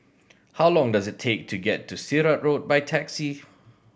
how long does it take to get to Sirat Road by taxi